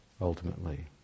ultimately